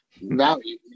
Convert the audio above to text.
value